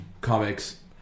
comics